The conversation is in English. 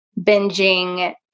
binging